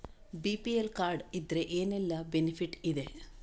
BPL card ಇದ್ರೆ ಏನೆಲ್ಲ benefit ಇದೆ?